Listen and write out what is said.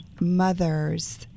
mothers